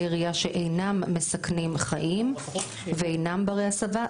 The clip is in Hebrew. ירייה שאינם מסכנים חיים ואינם ברי הסבה.